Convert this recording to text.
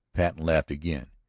patten laughed again.